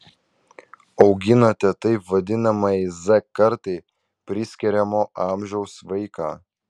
auginate taip vadinamajai z kartai priskiriamo amžiaus vaiką